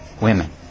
women